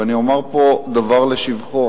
ואני אומר פה דבר לשבחו.